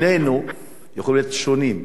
שנינו יכולים להיות שונים,